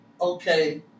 okay